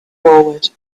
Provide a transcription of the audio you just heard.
forward